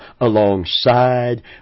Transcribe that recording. alongside